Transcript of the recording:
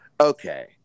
Okay